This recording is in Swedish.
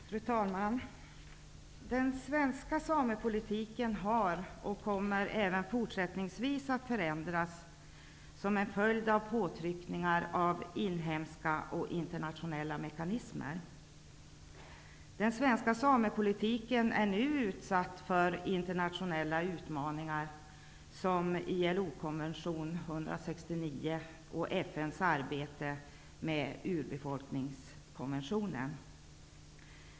Fru talman! Den svenska samepolitiken har förändrats och kommer även fortsättningsvis att förändras som en följd av påtryckningar av inhemska och internationella mekanismer. Den svenska samepolitiken är nu utsatt för internationella utmaningar såsom ILO:s konvention 169 och FN:s arbete med en urbefolkningskonvention.